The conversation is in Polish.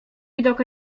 widok